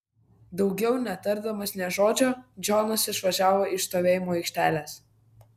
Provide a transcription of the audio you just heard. daugiau netardamas nė žodžio džonas išvažiavo iš stovėjimo aikštelės